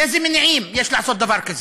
איזה מניעים יש לעשות דבר כזה?